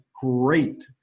great